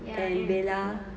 ya and Bella